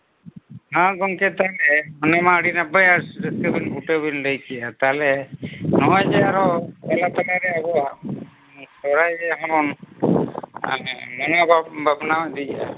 ᱦᱚᱸ ᱜᱚᱢᱠᱮ ᱛᱟᱦᱚᱞᱮ ᱚᱱᱟᱢᱟ ᱟᱹᱰᱤ ᱱᱟᱯᱟᱭ ᱟᱨ ᱨᱟᱹᱥᱠᱟᱹ ᱵᱤᱱ ᱵᱩᱴᱟᱹ ᱵᱤᱱ ᱞᱟᱹᱭ ᱠᱮᱫᱼᱟ ᱛᱟᱦᱚᱞᱮ ᱱᱚᱜᱚᱭ ᱡᱮ ᱟᱨᱚ ᱛᱟᱞᱟ ᱛᱟᱛᱟᱨᱮ ᱟᱵᱚᱣᱟᱜ ᱥᱚᱦᱚᱨᱟᱭ ᱨᱮᱦᱚᱸ ᱢᱟᱱᱮ ᱵᱟᱵᱚᱱ ᱯᱟᱥᱱᱟᱣ ᱤᱫᱤᱭᱮᱜᱼᱟ